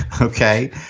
Okay